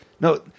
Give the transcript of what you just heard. No